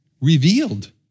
revealed